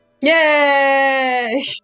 Yay